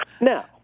Now